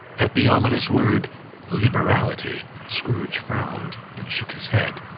at the ominous word liberality, scrooge frowned, and shook his head,